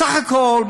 סך הכול,